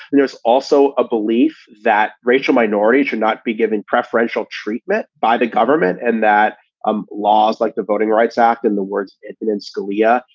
there's also a belief that racial minorities should not be given preferential treatment by the government and that um laws like the voting rights act, in the words and scalia,